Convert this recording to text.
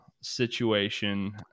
situation